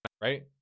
right